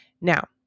Now